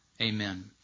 Amen